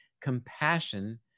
compassion